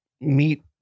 meet